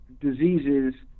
diseases